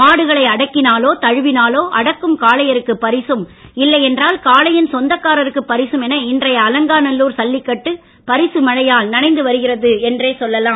மாடுகளை அடக்கினாலோ தழுவினாலோ அடக்கும் காளையருக்கு பரிசும் இல்லையென்றால் காளையின் சொந்தக்காரருக்கு பரிசும் என இன்றைய அலங்காநல்லூர் ஜல்லிக்கட்டு பரிசு மழையால் நனைந்து வருகிறது என்றே சொல்லலாம்